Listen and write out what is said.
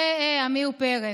זה עמיר פרץ.